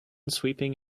sweeping